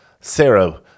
Sarah